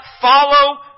follow